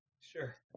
sure